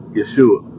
Yeshua